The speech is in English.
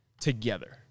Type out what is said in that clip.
together